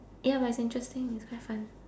ya but it's interesting it's quite fun